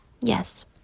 Yes